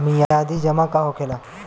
मियादी जमा का होखेला?